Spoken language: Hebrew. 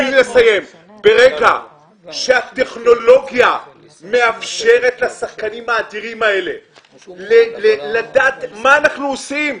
ברגע שהטכנולוגיה מאפשרת לשחקנים האדירים האלה לדעת מה אנחנו עושים,